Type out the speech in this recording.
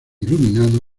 iluminado